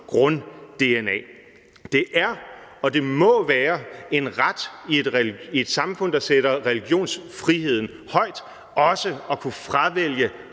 grund-dna. Det er og det må være en ret i et samfund, der sætter religionsfriheden højt, også at kunne fravælge